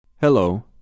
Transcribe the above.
Hello